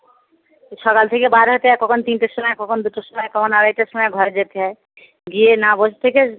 সকাল থেকে বার হতে হয় কখন তিনটের সময় কখন দুটোর সময় কখন আড়াইটের সময় ঘরে যেতে হয় গিয়ে না বসে থেকে